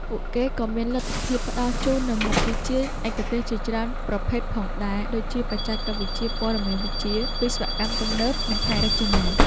ពួកគេក៏មានលទ្ធភាពផ្តល់ជូននូវមុខវិជ្ជាឯកទេសជាច្រើនប្រភេទផងដែរ ដូចជាបច្ចេកវិទ្យាព័ត៌មានវិទ្យា វិស្វកម្មទំនើប និងផ្នែករចនា។